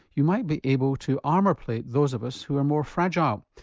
you might be able to armour-plate those of us who are more fragile.